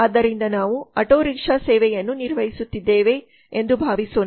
ಆದ್ದರಿಂದ ನಾವು auto rickshaw ಸೇವೆಯನ್ನು ನಿರ್ವಹಿಸುತ್ತಿದ್ದೇವೆ ಎಂದು ಭಾವಿಸೋಣ